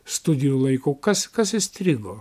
studijų laikų kas kas įstrigo